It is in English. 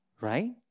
Right